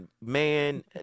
man